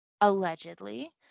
allegedly